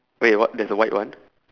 wait what there's a white one